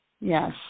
Yes